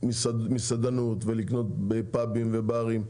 לקנות מסעדנות ולקנות בפאבים וברים,